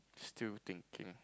still thinking